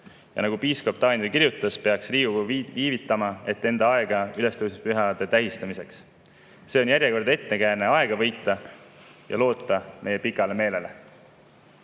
nädal. Piiskop Daniel kirjutas, et Riigikogu peaks viivitama, et anda aega ülestõusmispühade tähistamiseks. See on järjekordne ettekääne aega võita ja loota meie pikale meelele.